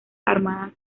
armadas